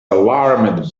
alarmed